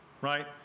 right